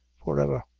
forever.